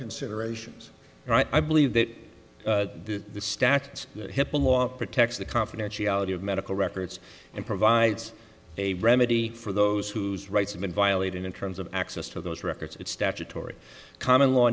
considerations right i believe that the statutes hipaa law protects the confidentiality of medical records and provides a remedy for those whose rights have been violated in terms of access to those records statutory common law